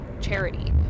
charity